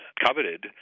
coveted